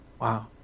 Wow